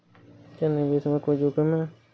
क्या निवेश में कोई जोखिम है?